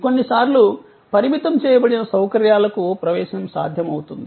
కొన్నిసార్లు పరిమితం చేయబడిన సౌకర్యాలకు ప్రవేశం సాధ్యమవుతుంది